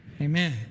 Amen